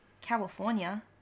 california